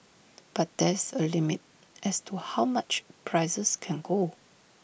but there's A limit as to how much prices can go